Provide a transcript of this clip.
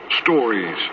stories